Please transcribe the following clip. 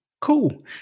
Cool